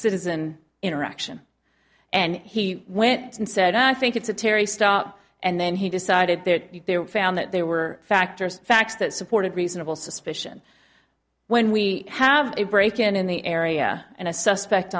citizen interaction and he went and said i think it's a terry stop and then he decided that you found that they were factors facts that supported reasonable suspicion when we have a break in in the area and i suspect